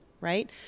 Right